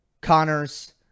Connors